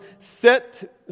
set